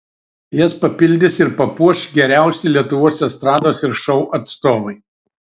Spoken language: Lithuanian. jas papildys ir papuoš geriausi lietuvos estrados ir šou atstovai